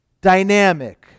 dynamic